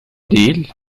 değil